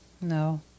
No